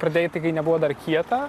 pradėjai tai kai nebuvo dar kieta